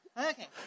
Okay